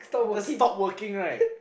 the stop working